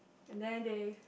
and then they